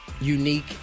unique